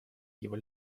его